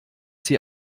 sie